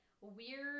weird